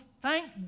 thank